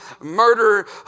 murder